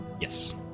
Yes